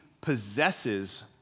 possesses